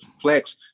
Flex